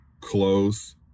close